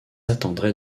attendrai